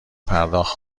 پرداخت